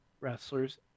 wrestlers